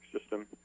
system